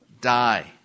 die